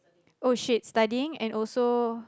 oh shit studying and also